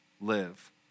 live